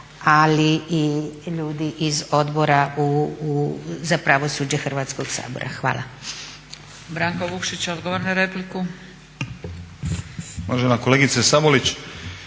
ali i ljudi iz Odbora za pravosuđe Hrvatskoga sabora. Hvala.